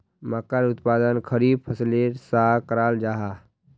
मक्कार उत्पादन खरीफ फसलेर सा कराल जाहा